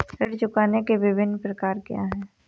ऋण चुकाने के विभिन्न प्रकार क्या हैं?